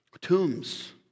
tombs